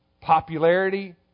popularity